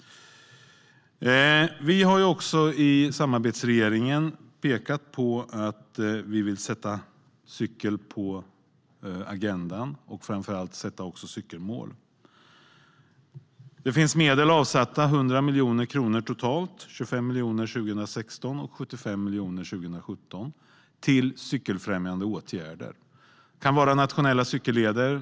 Vi har i samarbetsregeringen pekat på att vi vill sätta cykling på agendan och framför allt sätta cykelmål. Det finns medel avsatta. Det är totalt 100 miljoner kronor. Det är 25 miljoner 2016 och 75 miljoner 2017 till cykelfrämjande åtgärder. Det kan vara nationella cykelleder.